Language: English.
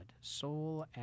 soul